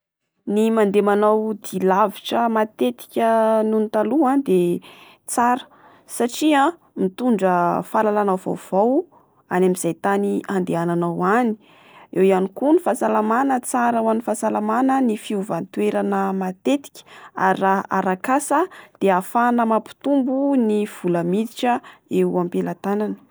Ny mandeha manao dia lavitra matetika noho ny taloha dia tsara. Satria mitondra fahalalana vaovao any amin'izay tany andehananao any. Eo ihany koa ny fahasalamana, tsara ho an'ny fahasalamana ny fiovan-toerana matetika. Ary raha arak'asa de ahafahana mampitombo ny vola miditra eo ampelatanana.